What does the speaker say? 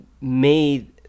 made